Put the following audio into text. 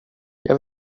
jag